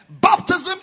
Baptism